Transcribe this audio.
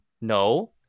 No